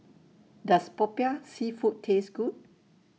Does Popiah Seafood Taste Good